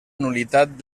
nul·litat